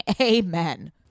amen